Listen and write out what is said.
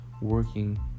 working